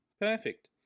Perfect